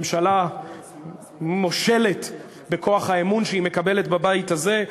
ממשלה מושלת בכוח האמון שהיא מקבלת בבית הזה,